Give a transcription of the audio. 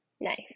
nice